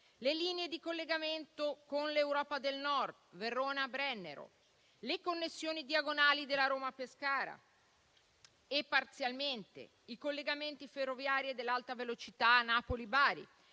le linee di collegamento con l'Europa del Nord (Verona-Brennero); le connessioni diagonali della Roma-Pescara e parzialmente i collegamenti ferroviari dell'Alta velocità Napoli-Bari;